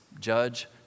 Judge